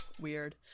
Weird